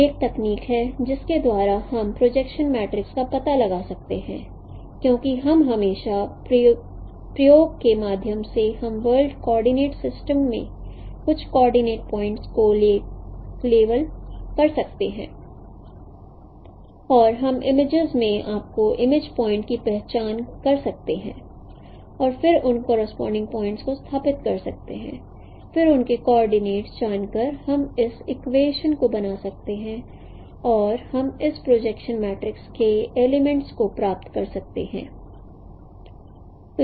तो यह एक तकनीक है जिसके द्वारा हम प्रोजेक्शन मैट्रिक्स का पता लगा सकते हैं क्योंकि हम हमेशा प्रयोग के माध्यम से हम वर्ल्ड कोऑर्डिनेट सिस्टम में कुछ कोऑर्डिनेट पॉइंटस को लेवल कर सकते हैं और हम इमेजेस में आपके इमेज प्वाइंटस की पहचान कर सकते हैं और फिर उन करोसपोंडिग प्वाइंटस को स्थापित करते हैं फिर उनके कोऑर्डिनेटस जानकर हम इस इक्वेशनस को बना सकते हैं और फिर हम इस प्रोजेक्शन मैट्रिक्स के एलिमेंट्स को प्राप्त कर सकते हैं